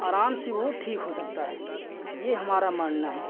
आराम से वह ठीक हो सकता है यह हमारा मानना है